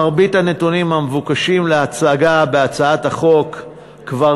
מרבית הנתונים המבוקשים להצגה בהצגת החוק כבר